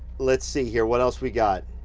let's see here, what else we got?